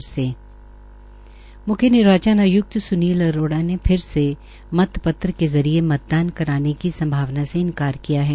म्ख्यमंत्री निर्वाचन आय्कत स्नील अरोड़ा ने फिर से मतपत्र के जरिये मतदान कराने की संभावना से इन्कार किया है